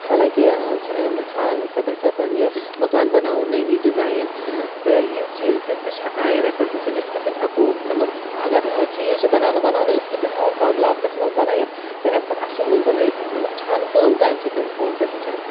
حالانکہِ چھ نہٕ چھانَن خٲطرٕ چھ آسان یہِ مَکان بَناوُن نٔے نٔے ڈِزاین تہٕ یِم چیٖز تِم تہِ چھِ ہیٚکان ییٚمے پیٚٹھ وٕچھِتھ أسۍ کِتھ کنۍ ہیٚکو مَطلَب اگر چیٖز چھُ بَناونہٕ بَناونوے أسۍ کِتھ کنۍ ہیٚکو کم لاگتَس مَنٛز بَنٲوِتھ تہٕ امہ کھۄتہ اصل لُک بَنٲوِتھ مَطلب چھانہٕ کٲم تام چھِ تِم فونہ پیٚٹھ ہیٚچھان